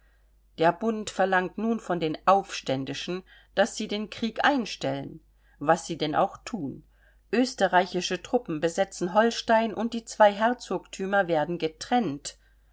der bund verlangt nun von den aufständischen daß sie den krieg einstellen was sie denn auch thun österreichische truppen besetzen holstein und die zwei herzogtümer werden getrennt